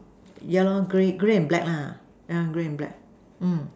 yeah lor grey grey and black lah yeah grey and black mm